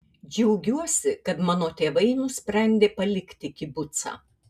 džiaugiuosi kad mano tėvai nusprendė palikti kibucą